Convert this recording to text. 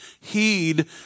heed